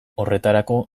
horretarako